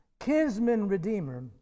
kinsman-redeemer